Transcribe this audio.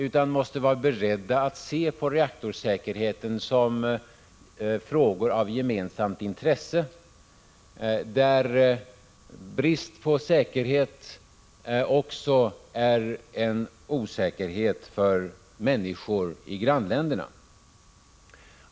Vi måste vara beredda att se på reaktorsäkerhetsfrågorna som varande av gemensamt intresse, där brist på säkerhet också innebär en osäkerhet för människor i grannländerna.